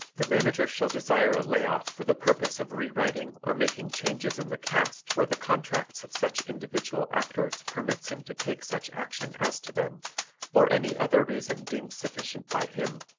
the manager shall desire a lay off for the purpose of re-writing or making changes in the cast where the contracts of such individual actors permits him to take such action as to them or any other reason deemed sufficient by him,